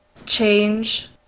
change